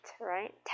right